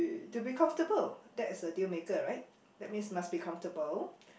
to be comfortable that is a deal maker right that means must be comfortable